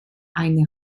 eine